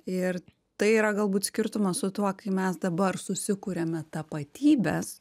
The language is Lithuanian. ir tai yra galbūt skirtumas su tuo kai mes dabar susikuriame tapatybes